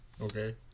Okay